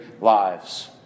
lives